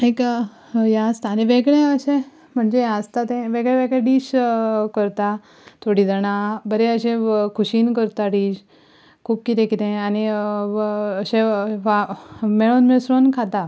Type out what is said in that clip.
एक हें आसता आनी वेगळे अशे हें आसता तें म्हणजे वेगळे वेगळे डीश करता थोडीं जाणां बरें अशें खुशयेन करता डीश खूब कितें कितें आनी व अशें वा मेळून मिसळून खाता